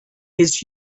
his